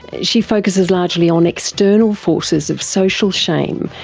she focuses largely on external forces of social shame,